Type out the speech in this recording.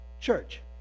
church